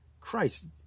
Christ